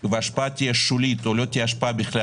וההשפעה על המשקיעים תהיה שולית או לא תהיה השפעה בכלל